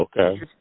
Okay